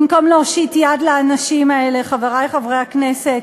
במקום להושיט יד לאנשים האלה, חברי חברי הכנסת.